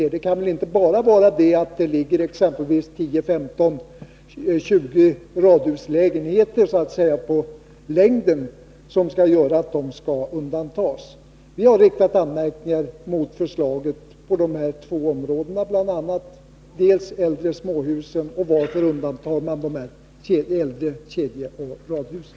Det kan väl inte bara vara därför att det ligger exempelvis 10, 15 eller 20 lägenheter på längden i stället för höjden som de skall undantas? Vi har riktat anmärkningar mot förslaget på bl.a. dessa två områden, beträffande de äldre småhusen och beträffande anledningen till att man undantar kedjeoch radhusen.